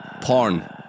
porn